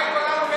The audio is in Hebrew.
מאי גולן אומרת,